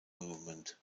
movement